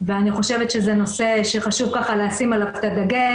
ואני חושבת שזה נושא שחשוב לשים עליו את הדגש.